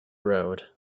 road